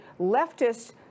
leftist